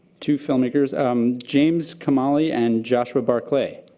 two filmmakers um james camali and joshua barclay.